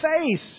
face